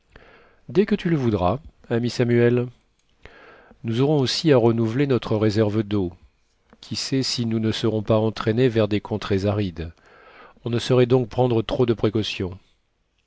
dès que tu le voudras ami samuel nous aurons aussi à renouveler notre réserve deau qui sait si nous ne serons pas entraînés vers des contrées arides on ne saurait donc prendre trop de précautions